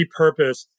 repurposed